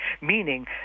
meaning